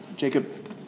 Jacob